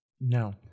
No